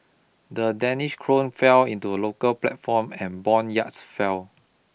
the Danish krone fell into the local platform and bond yields fell